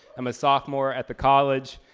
i'm a sophomore at the college,